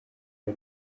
rya